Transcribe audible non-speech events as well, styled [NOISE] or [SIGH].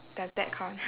does that count [LAUGHS]